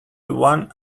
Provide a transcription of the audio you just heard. one